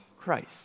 Christ